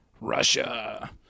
Russia